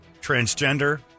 Transgender